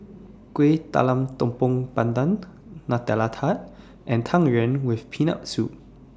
Kueh Talam Tepong Pandan Nutella Tart and Tang Yuen with Peanut Soup